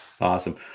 awesome